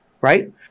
right